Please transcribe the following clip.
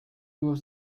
was